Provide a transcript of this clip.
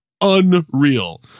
unreal